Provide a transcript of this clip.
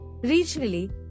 Regionally